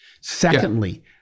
Secondly